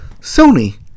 Sony